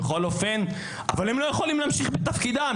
בכל אופן אבל הם לא יכולים להמשיך בתפקידם.